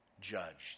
judged